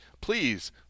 Please